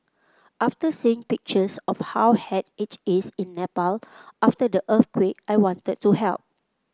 after seeing pictures of how had it is in Nepal after the earthquake I wanted to help